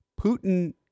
Putin